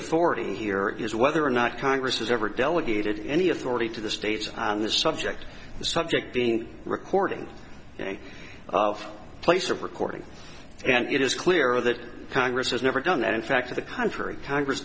authority here is whether or not congress has ever delegated any authority to the states on the subject the subject being recording in place of recordings and it is clear that congress has never done that in fact to the contrary congress